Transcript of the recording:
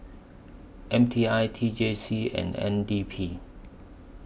M T I T J C and N D P